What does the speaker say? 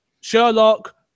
Sherlock